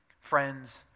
friends